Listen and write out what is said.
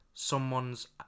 Someone's